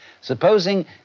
Supposing